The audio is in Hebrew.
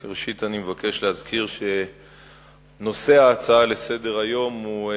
ראשית אני מבקש להזכיר שנושא ההצעה לסדר-היום הוא,